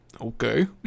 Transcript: okay